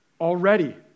already